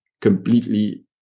completely